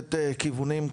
לתת כיוונים.